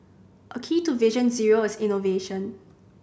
a key to Vision Zero is innovation